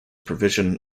provision